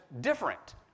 different